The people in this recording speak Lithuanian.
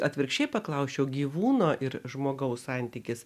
atvirkščiai paklausčiau gyvūno ir žmogaus santykis